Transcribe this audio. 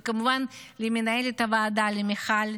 וכמובן למנהלת הוועדה מיכל.